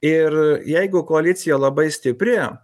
ir jeigu koalicija labai stipri